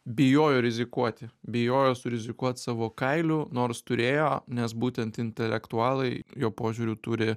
bijojo rizikuoti bijojo surizikuot savo kailiu nors turėjo nes būtent intelektualai jo požiūriu turi